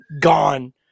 gone